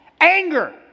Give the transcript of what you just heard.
Anger